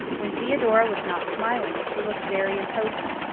when theodora was not smiling, she looked very imposing.